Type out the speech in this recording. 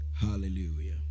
Hallelujah